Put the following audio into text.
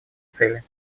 цели